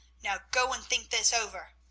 now go and think this over.